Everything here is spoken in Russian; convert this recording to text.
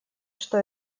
что